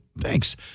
Thanks